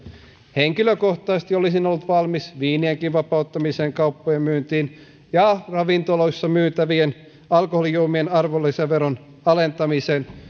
henkilökohtaisesti olisin ollut valmis viinienkin vapauttamiseen kauppojen myyntiin ja ravintoloissa myytävien alkoholijuomien arvonlisäveron alentamiseen